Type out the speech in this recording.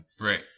right